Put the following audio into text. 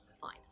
Fine